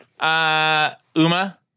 Uma